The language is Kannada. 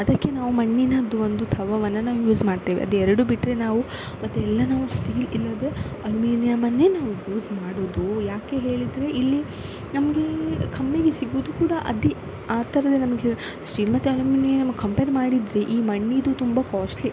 ಅದಕ್ಕೆ ನಾವು ಮಣ್ಣಿನದ್ದು ಒಂದು ತವಾವನ್ನು ನಾವು ಯೂಸ್ ಮಾಡ್ತೇವೆ ಅದು ಎರಡು ಬಿಟ್ಟರೆ ನಾವು ಮತ್ತೆ ಎಲ್ಲ ನಾವು ಸ್ಟೀಲ್ ಇಲ್ಲದೇ ಅಲ್ಯುಮಿನಿಯಮ್ಮನ್ನೇ ನಾವು ಯೂಸ್ ಮಾಡುವುದು ಯಾಕೆ ಹೇಳಿದರೆ ಇಲ್ಲಿ ನಮಗೆ ಕಮ್ಮಿಗೆ ಸಿಗುವುದು ಕೂಡ ಅದೇ ಆ ಥರದ ನಮಗೆ ಸ್ಟೀಲ್ ಮತ್ತು ಅಲ್ಯುಮಿನಿಯಮ್ಮಿಗೆ ಕಂಪೇರ್ ಮಾಡಿದರೆ ಈ ಮಣ್ಣಿನದು ತುಂಬ ಕಾಸ್ಟ್ಲಿ